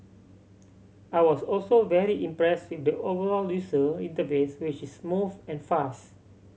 I was also very impress with the overall user interface which is smooth and fast